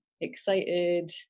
excited